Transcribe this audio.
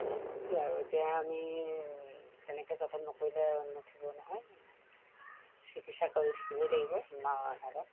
কি আৰু এতিয়া আমি তেনেকৈ যতন নকৰিলে উঠিব নহয় চিকিৎসা কৰি থাকিবই লাগিব